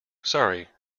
sorry